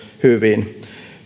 hyvin